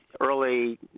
early